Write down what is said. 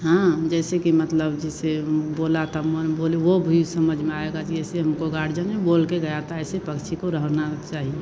हाँ जैसे कि मतलब जैसे बोला था मा बोले वो भी समझ में आएगा जैसे हमको गार्जन है बोल कर गया था ऐसे पक्षी को रहना चाहिए